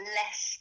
less